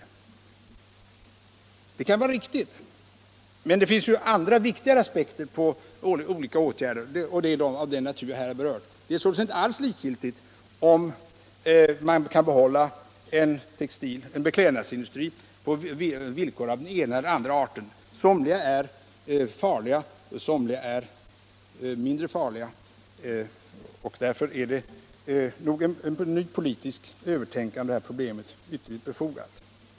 Detta kan vara riktigt, men det finns ju andra, viktigare aspekter på olika åtgärder av den natur jag här har berört. Det är således inte alls likgiltigt om man kan behålla en beklädnadsindustri på villkor av den ena eller den andra arten. Somliga är farliga, andra är mindre farliga, och därför är det ytterst befogat att på nytt tänka över problemet.